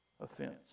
Offense